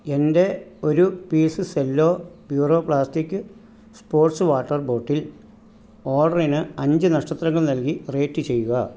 എന്റെ ഒരു piece Cello Puro plastic sports water bottle ഓർഡറിന് അഞ്ച് നക്ഷത്രങ്ങൾ നൽകി റേയ്റ്റ് ചെയ്യുക